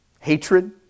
hatred